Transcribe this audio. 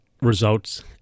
results